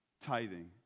tithing